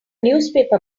newspaper